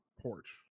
porch